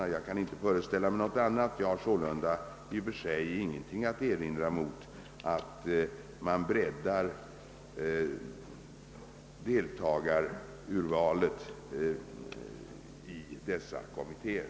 Något annat kan jag inte föreställa mig. I och för sig har jag sålunda ingenting att erinra mot att man breddar deltagarurvalet i dessa kommittéer.